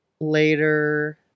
later